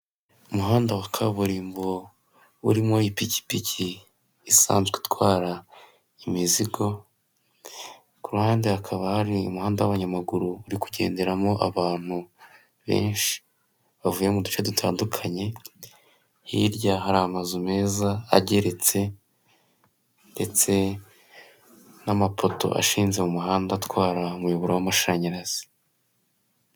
Umuhanda wa kaburimbo urimo ipikipiki isanzwe itwara imizigo, ku ruhande hakaba hari umuhanda w'abanyamaguru urikugenderamo abantu benshi bavuye mu duce dutandukanye, hirya hari amazu meza ageretse ndetse n'amapoto ashinze mu muhanda atwara umuyoboro w'amashanyarazi.